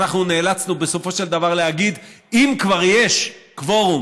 ואנחנו נאלצנו בסופו של דבר להגיד: אם כבר יש קוורום,